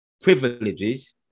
privileges